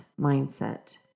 mindset